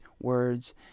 words